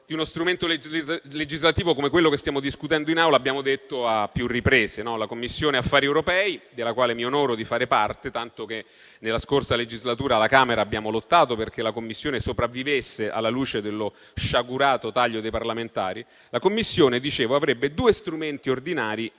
di uno strumento legislativo come quello di cui stiamo discutendo in Aula abbiamo detto a più riprese. La Commissione politiche dell'Unione europea, della quale mi onoro di fare parte -tanto che nella scorsa legislatura, alla Camera, abbiamo lottato perché sopravvivesse a seguito dello sciagurato taglio dei parlamentari - avrebbe due strumenti ordinari